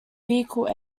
vehicle